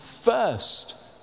First